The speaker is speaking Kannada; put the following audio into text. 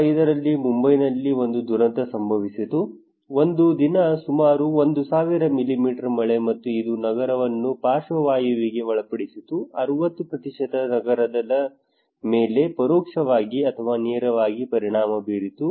2005 ರಲ್ಲಿ ಮುಂಬೈನಲ್ಲಿ ಒಂದು ದುರಂತ ಸಂಭವಿಸಿತು ಒಂದು ದಿನ ಸುಮಾರು 1000 ಮಿಲಿಮೀಟರ್ ಮಳೆ ಮತ್ತು ಇದು ನಗರವನ್ನು ಪಾರ್ಶ್ವವಾಯುವಿಗೆ ಒಳಪಡಿಸಿತು 60 ನಗರದ ಮೇಲೆ ಪರೋಕ್ಷವಾಗಿ ಅಥವಾ ನೇರವಾಗಿ ಪರಿಣಾಮ ಬೀರಿತು